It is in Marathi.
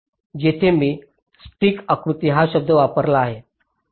येथे मी स्टिक आकृती हा शब्द वापरला आहे